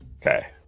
Okay